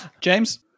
James